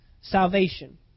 salvation